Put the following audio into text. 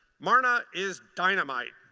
marna is dynamite.